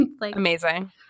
amazing